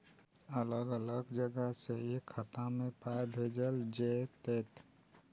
अलग अलग जगह से एक खाता मे पाय भैजल जेततै?